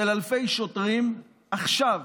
של אלפי שוטרים עכשיו,